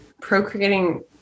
procreating